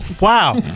Wow